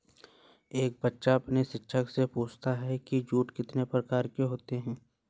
एक बच्चा अपने शिक्षक से पूछता है कि जूट कितने प्रकार के होते हैं?